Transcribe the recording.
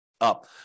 up